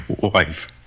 wife